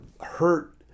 hurt